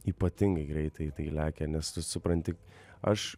ypatingai greitai tai lekia nes tu supranti aš